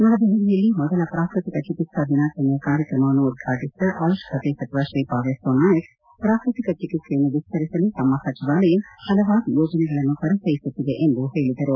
ನವದೆಹಲಿಯಲ್ಲಿ ಮೊದಲ ಪ್ರಾಕೃತಿಕ ಚಿಕಿತ್ಸಾ ದಿನಾಚರಣೆಯ ಕಾರ್ಯಕ್ರಮವನ್ನು ಉದ್ಘಾಟಿಸಿದ ಆಯುಷ್ ಖಾತೆ ಸಚಿವ ಶ್ರೀಪಾದ್ ಯೆಸ್ಲೋ ನಾಯಕ್ ಪ್ರಕೃತಿ ಚಿಕಿತ್ಸೆಯನ್ನು ವಿಸ್ತರಿಸಲು ತಮ್ಮ ಸಚಿವಾಲಯ ಹಲವಾರು ಯೋಜನೆಗಳನ್ನು ಪರಿಚಯಿಸುತ್ತಿದೆ ಎಂದು ಹೇಳಿದರು